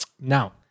Now